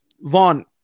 Vaughn